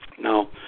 Now